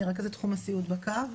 אני רכזת תחום הסיעוד בקו.